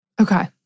Okay